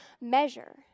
measure